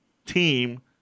Team